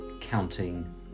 counting